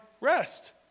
rest